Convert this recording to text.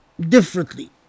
differently